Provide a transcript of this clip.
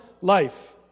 life